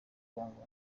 kongo